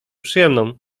przyjemną